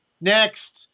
next